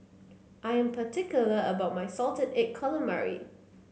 I am particular about my Salted Egg Calamari